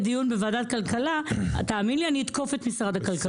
בוועדת הכלכלה, אני אתקוף את משרד הכלכלה.